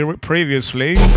previously